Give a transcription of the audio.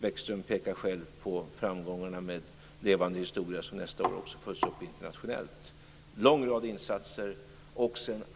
Bäckström pekar själv på framgångarna med Levande historia, som nästa år också följs upp internationellt. Det behövs en lång rad insatser.